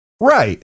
Right